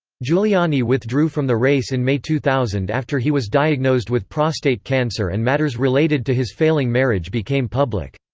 giuliani withdrew from the race in may two thousand after he was diagnosed with prostate cancer and matters related to his failing marriage became public.